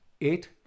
eight